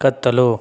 ಕತ್ತಲು